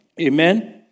amen